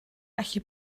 allu